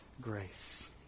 grace